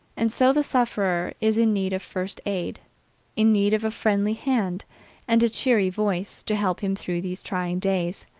and so the sufferer is in need of first aid in need of a friendly hand and a cheery voice to help him through these trying days.